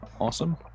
Awesome